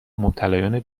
مبتلایان